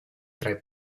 tre